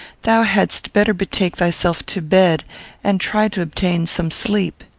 thou hadst better betake thyself to bed and try to obtain some sleep.